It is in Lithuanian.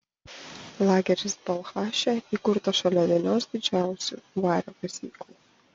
lageris balchaše įkurtas šalia vienos didžiausių vario kasyklų